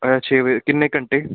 ਛੇ ਵਜੇ ਕਿੰਨੇ ਘੰਟੇ